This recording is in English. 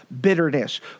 bitterness